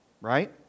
Right